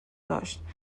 داشت